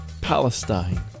Palestine